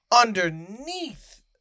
underneath